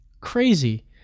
Crazy